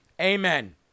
Amen